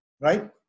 right